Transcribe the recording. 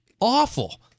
awful